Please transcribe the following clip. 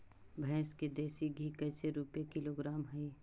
भैंस के देसी घी कैसे रूपये किलोग्राम हई?